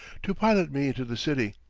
to pilot me into the city,